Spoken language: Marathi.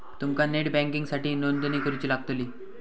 तुमका नेट बँकिंगसाठीही नोंदणी करुची लागतली